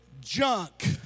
junk